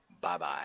Bye-bye